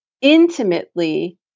intimately